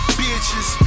bitches